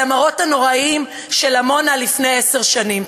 המראות הנוראים של עמונה לפני עשר שנים.